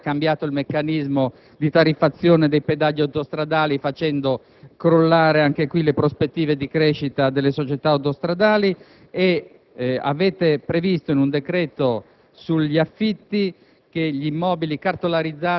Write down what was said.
recentemente il decreto collegato alla finanziaria ha cambiato il meccanismo di tariffazione dei pedaggi autostradali facendo crollare, anche qui, le prospettive di crescita delle società autostradali; avete previsto, in un decreto